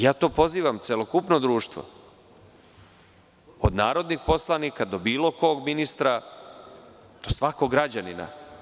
Ja to pozivam celokupno društvo, od narodnih poslanika do bilo kog ministra, do svakog građanina.